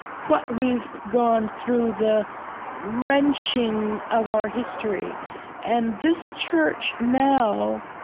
what we've gone through, the wrenching of our history and this church now,